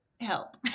help